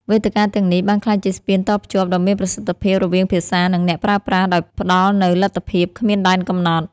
វេទិកាទាំងនេះបានក្លាយជាស្ពានតភ្ជាប់ដ៏មានប្រសិទ្ធភាពរវាងភាសា និងអ្នកប្រើប្រាស់ ដោយផ្តល់នូវលទ្ធភាពគ្មានដែនកំណត់។